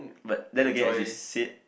but then again as you said